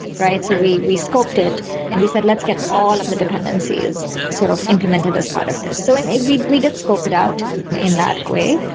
right? so we we scoped it and we said, let's get all of the dependencies sort of implemented as part of this. so and we we did scope it out in that way.